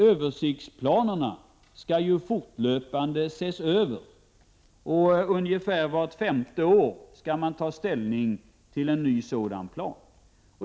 Översiktsplanerna skall ju fortlöpande ses över, och ungefär vart femte år skall man ta ställning till en ny sådan plan.